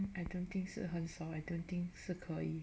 I don't think 是很少 I don't think 是可以